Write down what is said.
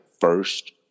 first